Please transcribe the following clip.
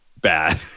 bad